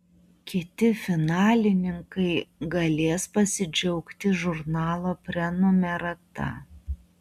kiti finalininkai galės pasidžiaugti žurnalo prenumerata